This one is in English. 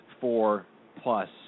four-plus